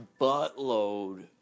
buttload